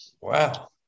Wow